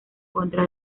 contra